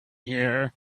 here